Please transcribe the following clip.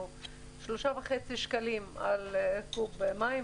שילמנו 3.5 שקלים עבור קו"ב מים,